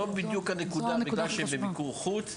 זאת הנקודה הכי חשובה.